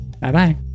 Bye-bye